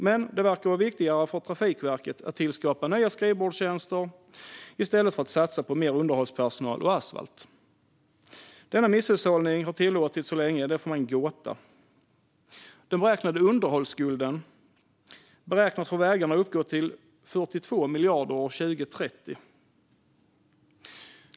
Men det verkar vara viktigare för Trafikverket att tillskapa nya skrivbordstjänster i stället för att satsa på mer underhållspersonal och asfalt. Att denna misshushållning har tillåtits så länge är för mig en gåta. Underhållsskulden för vägarna beräknas uppgå till 42 miljarder 2030.